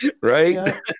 Right